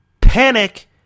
panic